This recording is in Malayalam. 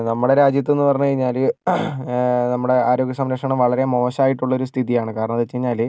നമ്മുടെ രാജ്യത്ത്ന്ന് പറഞ്ഞു കഴിഞ്ഞാല് നമ്മുടെ ആരോഗ്യ സംരക്ഷണം വളരെ മോശായിട്ടുള്ളൊരു സ്ഥിതിയാണ് കാരണം എന്താന്ന് വെച്ചാൽ